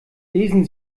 lesen